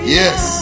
yes